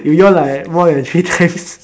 you yawn like more than three times